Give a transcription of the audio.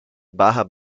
barra